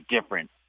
different